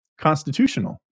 constitutional